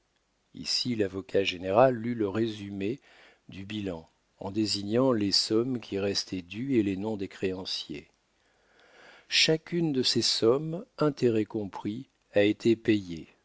ici lavocat général lut le résumé du bilan en désignant les sommes qui restaient dues et les noms des créanciers chacune de ces sommes intérêts compris a été payée